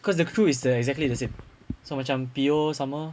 cause the crew is the exactly the same so macam P_O sama